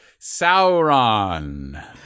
Sauron